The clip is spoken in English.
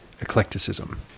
eclecticism